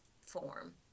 form